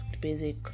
basic